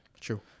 True